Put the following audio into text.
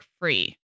free